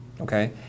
Okay